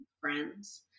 friends